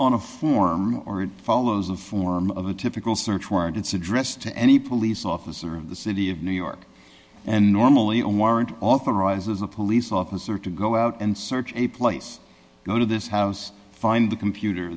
on a form or it follows a form of a typical search warrant it's addressed to any police officer of the city of new york and normally on warrant authorizes a police officer to go out and search a place go to this house find the computer